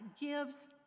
gives